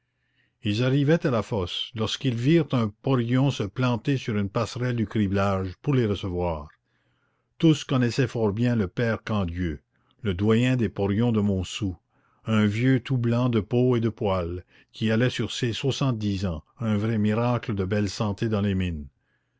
ils arrivaient à la fosse lorsqu'ils virent un porion se planter sur une passerelle du criblage pour les recevoir tous connaissaient bien le père quandieu le doyen des porions de montsou un vieux tout blanc de peau et de poils qui allait sur ses soixante-dix ans un vrai miracle de belle santé dans les mines